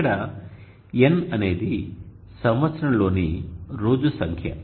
ఇక్కడ N అనేది సంవత్సరంలోని రోజు సంఖ్య